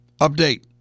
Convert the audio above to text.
Update